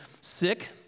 sick